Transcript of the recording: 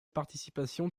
participation